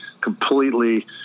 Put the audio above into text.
completely